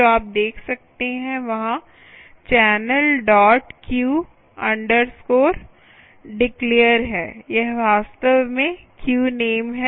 जो आप देख सकते है वहां channelqueue declarequeue task queue है यह वास्तव में क्यू नेम है